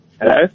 Hello